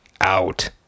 out